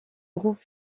groupe